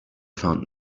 found